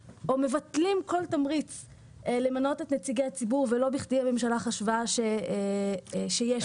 מבטלים כל תמריץ למנות את נציגי הציבור ולא בכדי הממשלה חשבה שיש צורך.